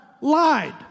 lied